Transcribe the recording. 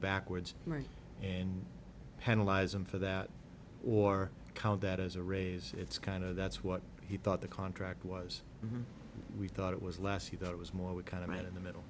backwards mary and penalize him for that or count that as a raise it's kind of that's what he thought the contract was we thought it was last he thought it was more we kind of had in the middle